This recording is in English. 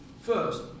First